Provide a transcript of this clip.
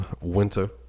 winter